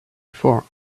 before